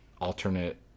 alternate